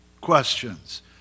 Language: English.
questions